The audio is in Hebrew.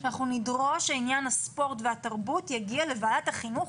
אנחנו נדרוש שעניין הספורט והתרבות יגיע לוועדת החינוך,